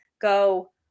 go